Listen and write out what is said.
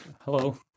Hello